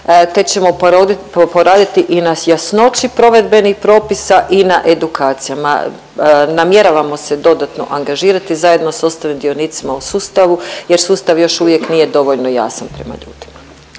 te ćemo poraditi i na jasnoći provedbenih propisa i na edukacijama. Namjeravamo se dodatno angažirati zajedno s ostalim dionicima u sustavu jer sustav još uvijek nije dovoljno jasan prema ljudima.